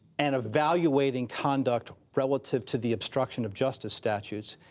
and evaluating conduct relative to the obstruction of justice statutes.